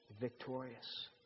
victorious